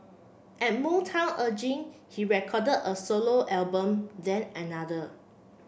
at Motown urging he recorded a solo album then another